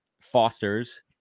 fosters